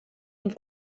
amb